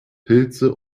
pilze